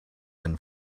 than